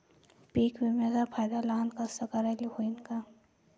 पीक विम्याचा फायदा लहान कास्तकाराइले होईन का?